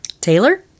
Taylor